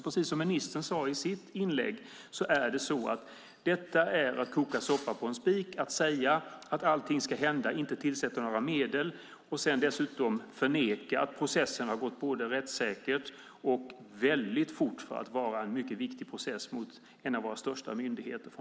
Precis som ministern här sagt är det att koka soppa på en spik att säga att allt ska hända utan att medel tillsätts. Dessutom förnekas det att processen från regeringens sida gått både rättssäkert och väldigt fort för att vara en mycket viktig process gentemot en av våra största myndigheter.